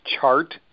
chart